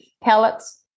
pellets